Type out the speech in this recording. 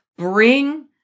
Bring